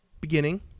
beginning